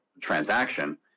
transaction